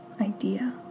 idea